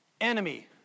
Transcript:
Enemy